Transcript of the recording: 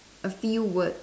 a few word